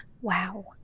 Wow